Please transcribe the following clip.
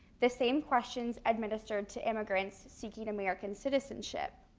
the same questions administered to immigrants seeking american citizenship.